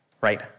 Right